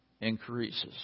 Increases